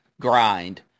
grind